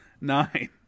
Nine